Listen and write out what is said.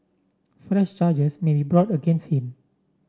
fresh charges may be brought against him